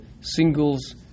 singles